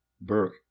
Burke